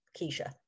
Keisha